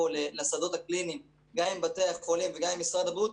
לשדות הקליניים גם עם בתי החולים וגם עם משרד הבריאות,